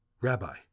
Rabbi